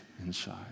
inside